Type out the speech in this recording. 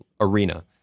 arena